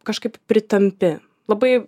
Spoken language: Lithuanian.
kažkaip pritampi labai